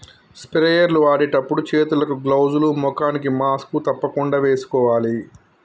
sprayer లు వాడేటప్పుడు చేతులకు గ్లౌజ్ లు, ముఖానికి మాస్క్ తప్పకుండా వేసుకోవాలి